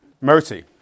Mercy